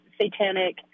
satanic